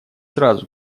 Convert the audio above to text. сразу